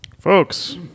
folks